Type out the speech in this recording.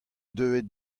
deuet